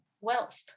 wealth